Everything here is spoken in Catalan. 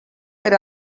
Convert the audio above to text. per